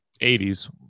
80s